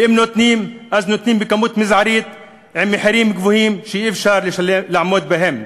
ואם נותנים אז בכמות מזערית ובמחירים גבוהים שאי-אפשר לעמוד בהם.